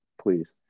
please